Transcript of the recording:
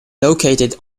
located